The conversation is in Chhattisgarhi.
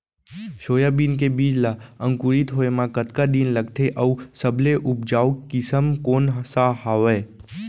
सोयाबीन के बीज ला अंकुरित होय म कतका दिन लगथे, अऊ सबले उपजाऊ किसम कोन सा हवये?